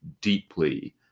deeply